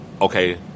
okay